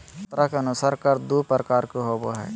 मात्रा के अनुसार कर दू प्रकार के होबो हइ